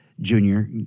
Junior